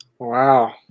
wow